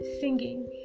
singing